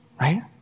Right